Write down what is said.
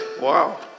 wow